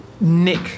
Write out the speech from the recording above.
nick